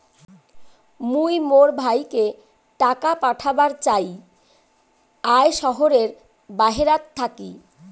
মুই মোর ভাইকে টাকা পাঠাবার চাই য়ায় শহরের বাহেরাত থাকি